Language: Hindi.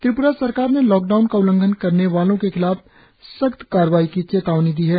र्तिप्रा सरकार ने लॉकडाउन का उलंघन करने वालों के खिलाफ सख्त कार्रवाई की चेतावनी दी है